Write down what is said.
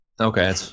Okay